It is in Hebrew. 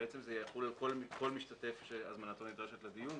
זה יחול על כל משתתף שהזמנתו נדרשת לדיון.